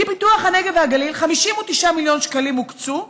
כי פיתוח הנגב והגליל, 59 מיליון שקלים הוקצו,